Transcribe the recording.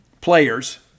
players